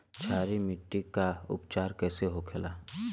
क्षारीय मिट्टी का उपचार कैसे होखे ला?